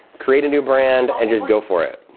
create a new brand, and just go for it.